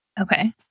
Okay